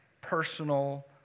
personal